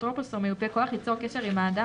אפוטרופוס או מיופה כוח ייצור קשר עם האדם,